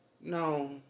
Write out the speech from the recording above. No